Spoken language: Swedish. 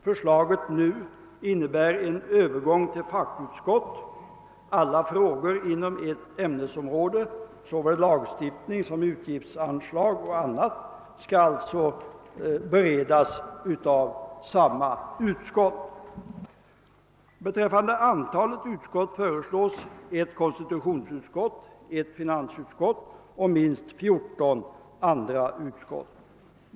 Förslaget innebär en övergång till fackutskott; alla frågor inom ett ämnesområde, såväl lagstiftning som utgiftsanslag och annat, skall alltså beredas av samma utskott. Beträffande antalet utskott föreslås ett konstitutionsutskott, ett finansutskott och minst 14 andra utskott.